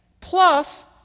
plus